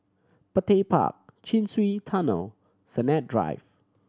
Petir Park Chin Swee Tunnel Sennett Drive